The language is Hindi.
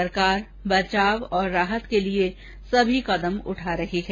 सरकार बचाव और राहत के लिए सभी कदम उठा रही है